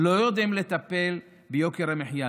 לא יודעים לטפל ביוקר המחיה.